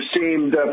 seemed